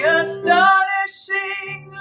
astonishing